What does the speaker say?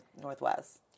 Northwest